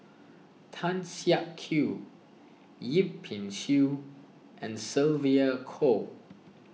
Tan Siak Kew Yip Pin Xiu and Sylvia Kho